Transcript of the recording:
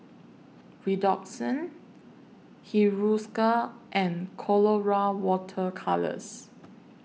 Redoxon Hiruscar and Colora Water Colours